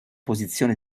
posizione